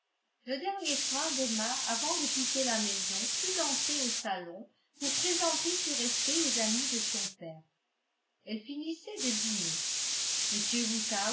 le dernier soin d'emma avant de quitter la maison fut d'entrer au salon pour présenter ses respects aux amies de son père elles finissaient de dîner